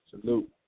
Salute